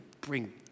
bring